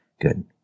good